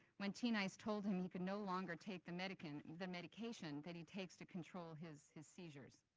when teen ice told him he can no longer take the medication the medication that he takes to control his his seizures.